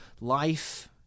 life